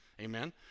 Amen